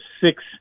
six